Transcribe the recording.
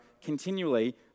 continually